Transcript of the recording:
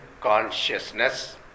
consciousness